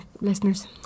listeners